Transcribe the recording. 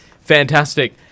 Fantastic